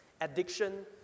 addiction